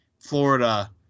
Florida